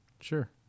Sure